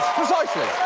precisely.